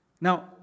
Now